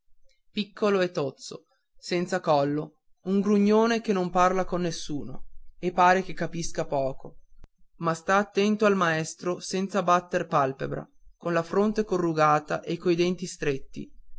piccolo e tozzo senza collo un grugnone che non parla con nessuno e pare che capisca poco ma sta attento al maestro senza batter palpebra con la fronte corrugata e coi denti stretti